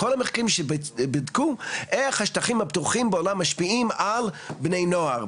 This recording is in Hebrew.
כל המחקרים שבדקו איך השטחים הפתוחים בעולם משפיעים על בני נוער,